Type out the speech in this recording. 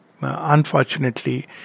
unfortunately